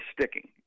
sticking